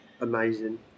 Amazing